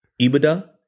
Ibada